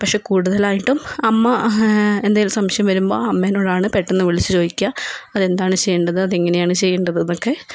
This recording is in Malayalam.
പക്ഷെ കൂടുതലായിട്ടും അമ്മ എന്തേലും സംശയം വരുമ്പോ അമ്മയോടാണ് പെട്ടെന്ന് വിളിച്ച് ചോദിക്കുക അതെന്താണ് ചെയ്യേണ്ടത് അതെങ്ങനെയാണ് ചെയ്യേണ്ടത് എന്നൊക്കെ